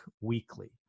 weekly